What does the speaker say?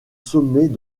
sommets